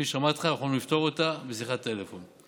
כפי שאמרתי לך, אנחנו נפתור אותה בשיחת טלפון.